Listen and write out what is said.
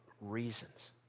reasons